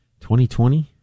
2020